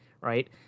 right